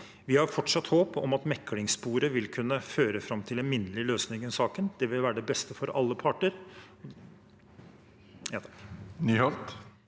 Vi har fortsatt håp om at meklingssporet vil kunne føre fram til en minnelig løsning i saken. Det ville være det beste for alle parter.